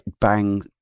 bang